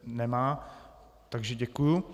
Nemá, takže děkuji.